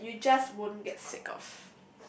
that you just won't get sick of